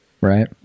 right